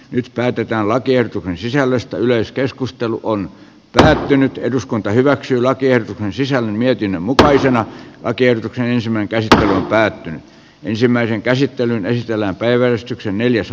nyt päätetään lakiehdotuksen sisällöstä yleiskeskustelu on tähdennetty eduskunta hyväksy lakien sisällön mietinnön mukaisena lakiehdotuksen ensimetreistä on päättynyt ensimmäinen käsittely lehtelän päiväystyksen neljässä